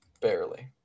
Barely